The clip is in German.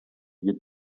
wird